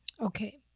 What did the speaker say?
Okay